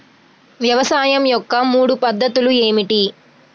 వ్యవసాయం యొక్క మూడు పద్ధతులు ఏమిటి?